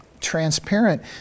transparent